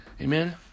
amen